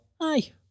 Aye